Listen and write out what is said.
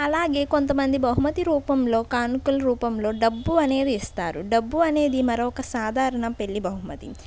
అలాగే కొంతమంది బహుమతి రూపంలో కానుకల రూపంలో డబ్బు అనేది ఇస్తారు డబ్బు అనేది మరొక సాధారణ పెళ్ళి బహుమతి